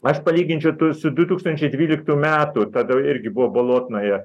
aš palyginčiau tai su du tūkstančiai dvyliktų metų tada irgi buvo bolotnaja